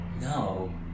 No